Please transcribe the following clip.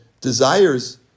desires